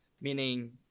meaning